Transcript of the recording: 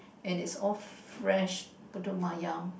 and it's all fresh putu-mayam